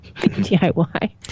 DIY